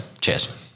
Cheers